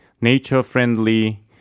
nature-friendly